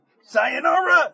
sayonara